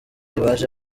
baje